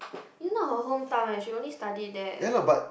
it's not her hometown eh she only studied there